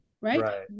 right